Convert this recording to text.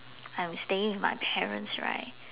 I'm staying with my parents right